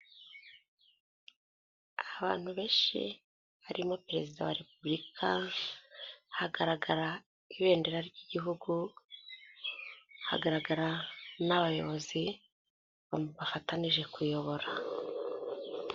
Abantu benshi harimo perezida wa Repubulika, hagaragara ibendera ry'igihugu, hagaragara n'abayobozi bafatanije kuyobora.